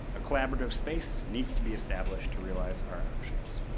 a collaborative space needs to be established to realize our options.